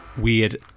weird